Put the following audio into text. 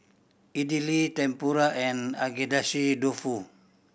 Idili Tempura and Agedashi Dofu